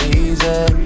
easy